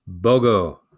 BOGO